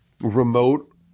remote